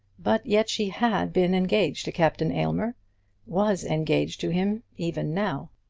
but yet she had been engaged to captain aylmer was engaged to him even now.